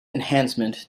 enhancement